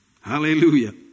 Hallelujah